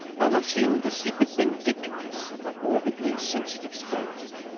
by what seemed the secret vindictiveness of the morbidly sensitive spaniard.